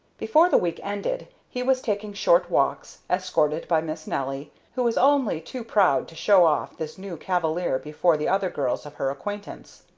before the week ended he was taking short walks, escorted by miss nelly, who was only too proud to show off this new cavalier before the other girls of her acquaintance.